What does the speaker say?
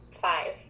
five